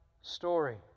story